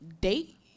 date